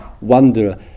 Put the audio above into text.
wonder